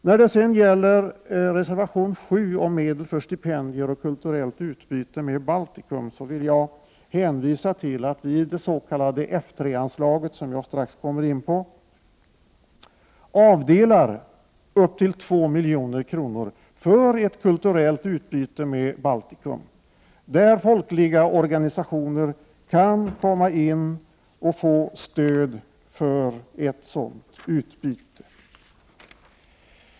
När det gäller reservation 7, medel för stipendier och kulturellt utbyte med Baltikum, vill jag hänvisa till att vi i det s.k. F 3-anslaget, som jag strax kommer in på, avdelar upp till 2 milj.kr. för ett kulturellt utbyte med Baltikum. Där kan folkliga organisationer komma in och få stöd för ett sådant utbyte.